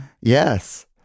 Yes